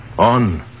On